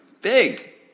Big